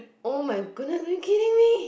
oh my goodness are you kidding me